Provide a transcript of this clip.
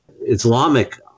Islamic